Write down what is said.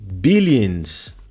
billions